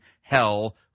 hell